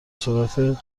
سرعت